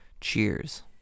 cheers